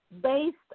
based